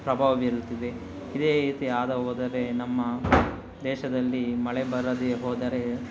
ಪ್ರಭಾವ ಬೀರುತ್ತಿದೆ ಇದೇ ರೀತಿ ಆದ ಹೋದರೆ ನಮ್ಮ ದೇಶದಲ್ಲಿ ಮಳೆ ಬರದೆ ಹೋದರೆ